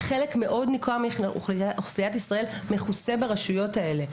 חלק מאוד ניכר מאוכלוסיית ישראל מכוסה ברשויות האלה.